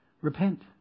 repent